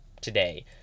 today